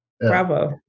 bravo